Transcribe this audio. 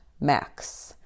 Max